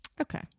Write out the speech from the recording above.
Okay